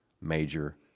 major